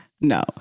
No